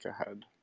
ahead